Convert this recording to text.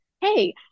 Hey